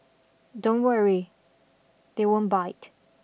don't worry they won't bite